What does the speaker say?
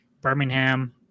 Birmingham